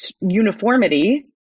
uniformity